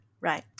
Right